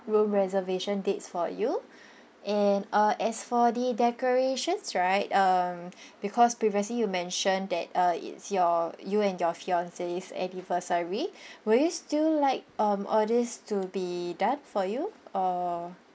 room reservation dates for you and uh as for the decorations right um because previously you mentioned that uh it's your you and your fiancee's anniversary would you still like um all these to be done for you or